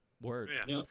Word